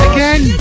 Again